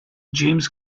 james